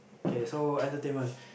okay so entertainment